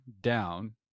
down